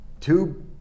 two